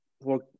work